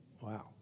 Wow